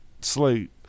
slate